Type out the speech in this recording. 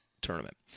tournament